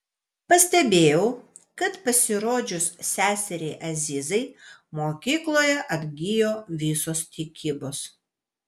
pastebėjau kad pasirodžius seseriai azizai mokykloje atgijo visos tikybos